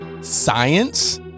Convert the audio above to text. Science